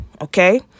Okay